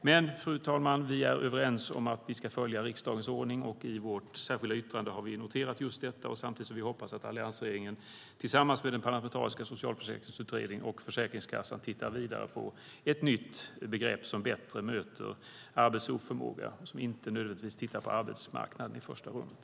Men vi är, fru talman, överens om att vi ska följa riksdagens ordning, och i vårt särskilda yttrande har vi noterat just detta, samtidigt som vi hoppas att alliansregeringen tillsammans med den parlamentariska socialförsäkringsutredningen och Försäkringskassan tittar vidare på ett nytt begrepp som bättre möter arbetsoförmåga och som inte nödvändigtvis tittar på arbetsmarknaden i första rummet.